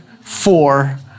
four